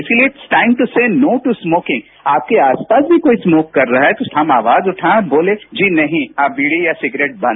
इसलिए time to say no to smoking आपके आसपास भी कोई स्मोक कर रहा है तो हम आवाज उठाएं और बोलें जी नहीं आप बीड़ी या सिगरेट बंद करें